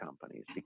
companies